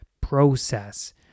process